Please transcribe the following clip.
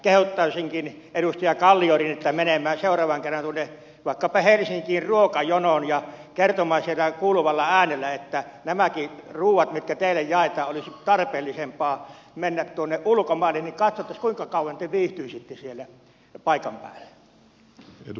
kehottaisinkin edustaja kalliorinnettä menemään seuraavan kerran vaikkapa helsinkiin ruokajonoon ja kertomaan siellä kuuluvalla äänellä että näidenkin ruokien mitkä teille jaetaan olisi tarpeellisempaa mennä tuonne ulkomaille niin katsottaisiin kuinka kauan te viihtyisitte siellä paikan päällä